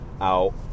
out